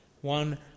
One